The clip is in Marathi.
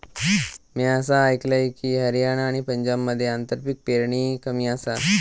म्या असा आयकलंय की, हरियाणा आणि पंजाबमध्ये आंतरपीक पेरणी कमी आसा